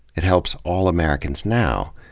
it helps all americans now,